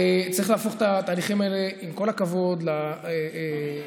צריך להפוך את התהליכים האלה, עם כל הכבוד, בסדר,